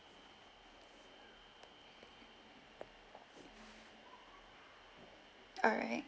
alright